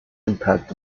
impact